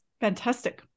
fantastic